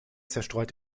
zerstreut